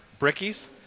Brickies